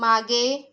मागे